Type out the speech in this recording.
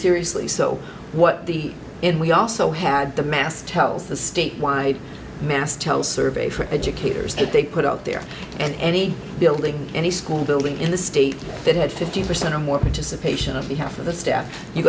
seriously so what the and we also had the mass tells the statewide mass tell survey for educators and they put out there and any building any school building in the state that had fifty percent or more participation of the half of the staff you